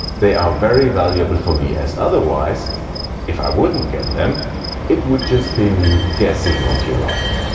they are very valuable for me as otherwise if i wouldn't get them it would just be me guessing what you like.